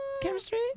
chemistry